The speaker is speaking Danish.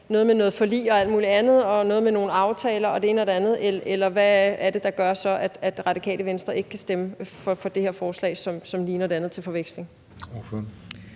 noget med et forlig og alt mulig andet og noget med nogle aftaler og det ene og det andet, eller hvad er det, der så gør, at Det Radikale Venstre ikke kan stemme for det her forslag, som ligner det andet til forveksling?